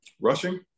rushing